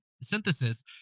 synthesis